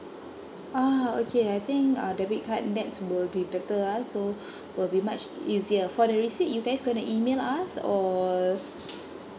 ah okay I think uh debit card nets will be better ah so will be much easier for the receipt you guys gonna email us or